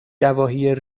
گواهی